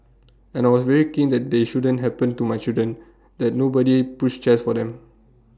and I was very keen that they shouldn't happen to my children that nobody pushed chairs for them